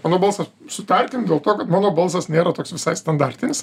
mano balsas sutarkim dėl to kad mano balsas nėra toks visai standartinis